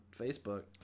Facebook